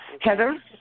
Heather